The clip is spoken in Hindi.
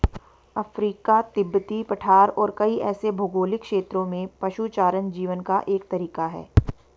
अफ्रीका, तिब्बती पठार और कई ऐसे भौगोलिक क्षेत्रों में पशुचारण जीवन का एक तरीका है